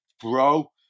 Bro